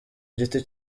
giti